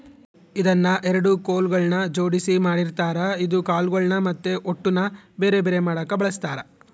ಇದನ್ನ ಎರಡು ಕೊಲುಗಳ್ನ ಜೊಡ್ಸಿ ಮಾಡಿರ್ತಾರ ಇದು ಕಾಳುಗಳ್ನ ಮತ್ತೆ ಹೊಟ್ಟುನ ಬೆರೆ ಬೆರೆ ಮಾಡಕ ಬಳಸ್ತಾರ